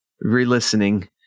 re-listening